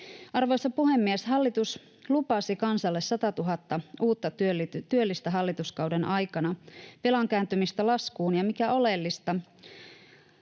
Arvoisa puhemies! Hallitus lupasi kansalle 100 000 uutta työllistä hallituskauden aikana, velan kääntymistä laskuun ja mikä oleellisinta,